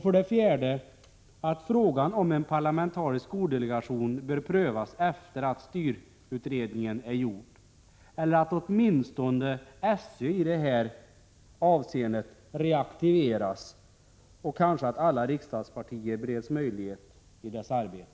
För det fjärde bör frågan om en parlamentarisk skoldelegation prövas efter det att styrutredningen är gjord, eller bör åtminstone SÖ i det här avseendet reaktiveras och alla riksdagspartier ges möjlighet att delta i dess arbete.